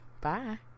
bye